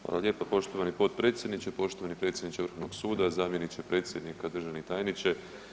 Hvala lijepo poštovani potpredsjedniče, poštovani predsjedniče vrhovnog suda, zamjeniče predsjednika, državni tajniče.